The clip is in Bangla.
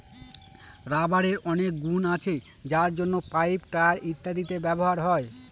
রাবারের অনেক গুন আছে যার জন্য পাইপ, টায়ার ইত্যাদিতে ব্যবহার হয়